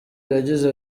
yagize